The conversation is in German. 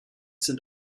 sind